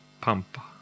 Pampa